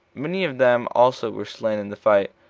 many of them also were slain in the fight.